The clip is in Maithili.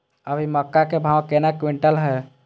अभी मक्का के भाव केना क्विंटल हय?